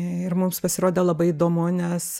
ir mums pasirodė labai įdomu nes